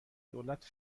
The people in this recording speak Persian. دولت